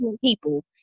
people